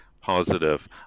positive